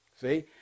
See